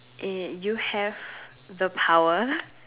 eh you have the power